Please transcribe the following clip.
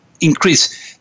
increase